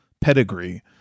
pedigree